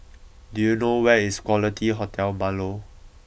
do you know where is Quality Hotel Marlow